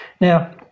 now